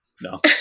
no